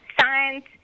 science